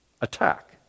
attack